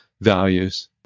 values